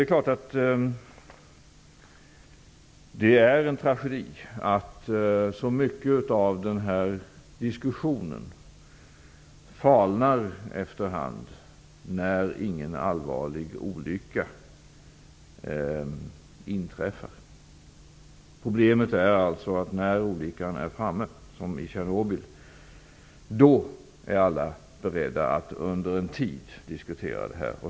Det är självfallet en tragedi att så mycket av den här diskussionen falnar efter hand när ingen allvarlig olycka inträffar. Problemet är alltså, att när olyckan är framme, som i Tjernobyl, är alla beredda att under en tid diskutera detta.